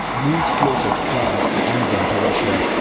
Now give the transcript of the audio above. moves closer to france, and then to russia.